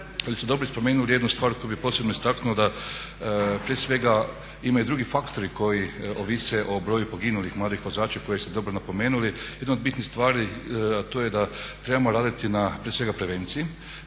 Ali ste dobro spomenuli jednu stvar koju bih posebno istaknuo da prije svega imaju i drugi faktori koji ovise o broju poginulih mladih vozača koje ste dobro napomenuli. Jedna od bitnih stvari, a to je da trebamo raditi na prije svega prevenciji,